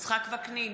יצחק וקנין,